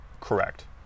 correct